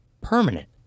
permanent